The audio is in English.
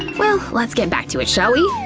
well, let's get back to it, shall we?